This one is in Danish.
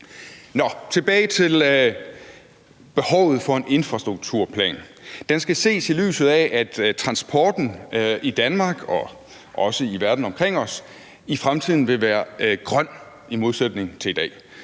tilbage til behovet for en infrastrukturplan. Den skal ses i lyset af, at transporten i Danmark og også i verden omkring os i fremtiden vil være grøn i modsætning til i dag.